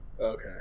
Okay